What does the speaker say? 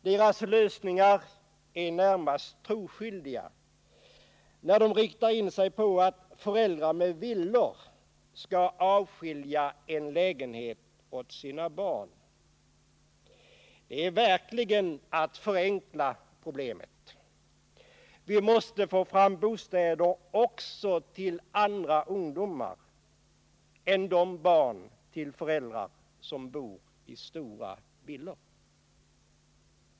Deras lösningar är närmast troskyldiga. när de riktar in sig på att de föräldrar som bor i villa skall avskilja en lägenhet åt sina barn. Det är verkligen att förenkla problemet. Vi måste få fram bostäder också till andra ungdomar än de vilkas föräldrar bor i stora villor.